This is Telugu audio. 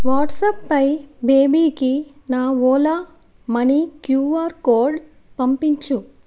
వాట్సాప్పై బేబీకి నా ఓలా మనీ క్యూఆర్ కోడ్ పంపించు